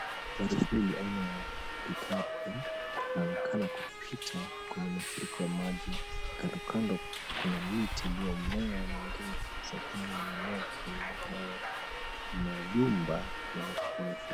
Gari hii aina ya pikapu inaonekana kupita kwenye mafuriko ya maji. Kando kando kuna miti iliyomea na ingine ikisakamwa na maji. Kwenye barabara kuna jumba limefunikwa.